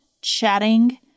chatting